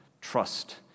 trust